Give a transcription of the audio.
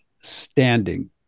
standing